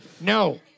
No